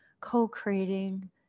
co-creating